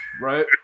Right